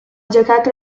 giocato